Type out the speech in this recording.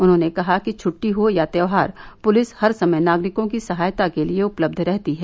उन्होंने कहा कि छट्टी हो या त्यौहार पुलिस हर समय नागरिकों की सहायता के लिए उपलब्ध रहती है